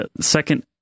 second